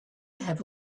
have